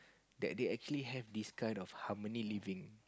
that they actually have this kind of harmony living